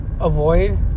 avoid